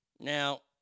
Now